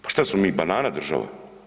Pa šta smo mi banana država?